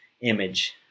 image